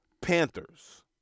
Panthers